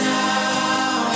now